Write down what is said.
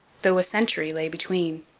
though a century lay between.